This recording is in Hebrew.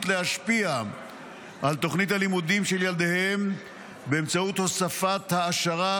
להשפיע על תוכנית הלימודים של ילדיהם באמצעות הוספת העשרה